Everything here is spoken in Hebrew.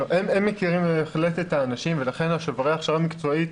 הם מכירים בהחלט את האנשים ולכן שוברי ההכשרה המקצועית,